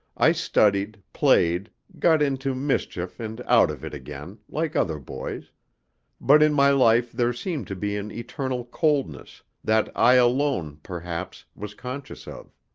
i studied, played, got into mischief and out of it again, like other boys but in my life there seemed to be an eternal coldness, that i alone, perhaps, was conscious of.